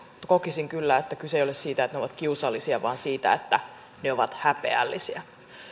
kokisin kyllä että kyse ei ole siitä että ne ovat kiusallisia vaan siitä että ne ovat häpeällisiä